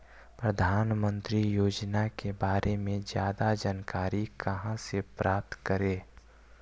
प्रधानमंत्री योजना के बारे में जादा जानकारी कहा से प्राप्त करे?